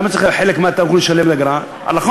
למה צריך חלק מהתשלום להיות אגרה?